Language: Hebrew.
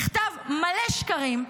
מכתב מלא שקרים,